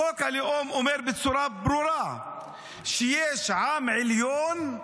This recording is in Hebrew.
חוק הלאום אומר בצורה ברורה שיש עם עליון,